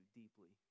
deeply